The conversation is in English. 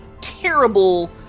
terrible